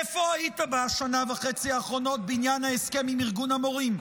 איפה היית בשנה וחצי האחרונות בעניין ההסכם עם ארגון המורים?